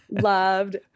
loved